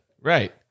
Right